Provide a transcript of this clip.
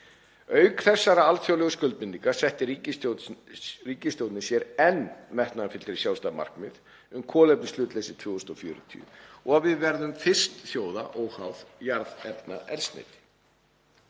Auk þessara alþjóðlegu skuldbindinga setti ríkisstjórnin sér enn metnaðarfyllri sjálfstæð markmið um kolefnishlutleysi 2040 og að við verðum fyrst þjóða óháð jarðefnaeldsneyti.